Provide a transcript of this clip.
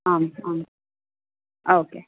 आम् आम् ओके